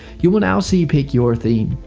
you will now see pick your theme.